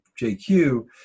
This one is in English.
JQ